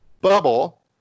Bubble